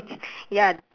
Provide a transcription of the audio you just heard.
ya